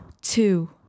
Two